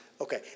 Okay